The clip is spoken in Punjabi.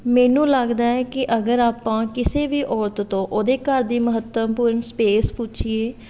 ਮੈਨੂੰ ਲੱਗਦਾ ਏ ਕਿ ਅਗਰ ਆਪਾਂ ਕਿਸੇ ਵੀ ਔਰਤ ਤੋਂ ਉਹਦੇ ਘਰ ਦੀ ਮਹੱਤਵਪੂਰਨ ਸਪੇਸ ਪੁੱਛੀਏ